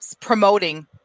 promoting